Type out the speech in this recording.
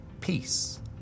peace